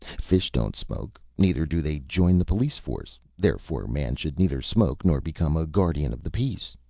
fish don't smoke, neither do they join the police-force, therefore man should neither smoke nor become a guardian of the peace.